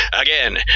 Again